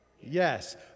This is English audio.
Yes